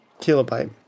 Kilobyte